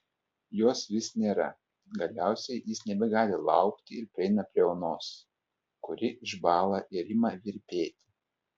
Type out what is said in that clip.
jos vis nėra galiausiai jis nebegali laukti ir prieina prie onos kuri išbąla ir ima virpėti